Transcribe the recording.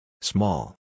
Small